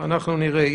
נראה.